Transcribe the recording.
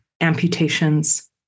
amputations